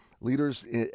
leaders